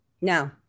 Now